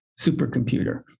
supercomputer